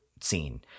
scene